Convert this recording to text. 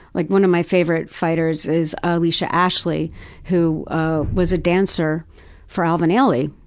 like one of my favourite fighters is alicia ashley who ah was a dancer for alvin ailey.